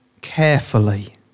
carefully